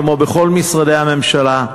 כמו בכל משרדי הממשלה,